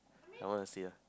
I wanna say ah